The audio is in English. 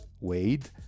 Wade